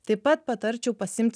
taip pat patarčiau pasiimti